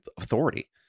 authority